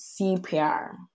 CPR